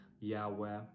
Yahweh